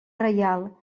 reial